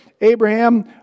Abraham